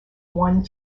one